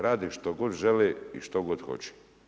Rade što god žele i što god hoće.